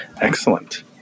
excellent